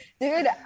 Dude